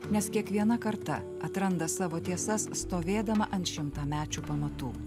nes kiekviena karta atranda savo tiesas stovėdama ant šimtamečių pamatų